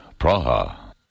Praha